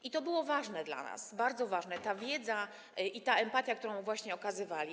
I to było ważne dla nas, bardzo ważne - ta wiedza i ta empatia, którą właśnie okazywali.